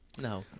No